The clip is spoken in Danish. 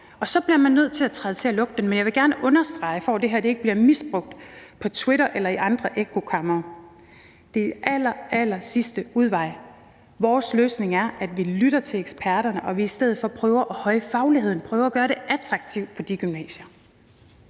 og så bliver man nødt til at træde til og lukke dem; men jeg vil gerne understrege, for at det her ikke bliver misbrugt på Twitter eller i andre ekkokamre, at det er allerallersidste udvej. Vores løsning er, at vi lytter til eksperterne, og at vi i stedet for prøver at højne fagligheden og prøver at gøre det attraktivt at gå på de gymnasier.